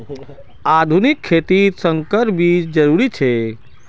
आधुनिक खेतित संकर बीज जरुरी छे